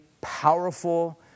powerful